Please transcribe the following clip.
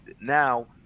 Now